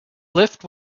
lift